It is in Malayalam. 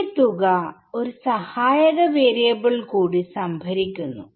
എന്റെ തുക ഒരു സഹായക വാരിയബിൾ കൂടി സംഭരിക്കുന്നു